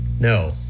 No